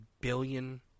billion